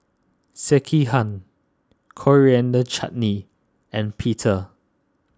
Sekihan Coriander Chutney and Pita